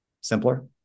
simpler